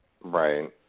Right